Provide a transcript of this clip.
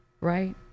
right